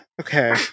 Okay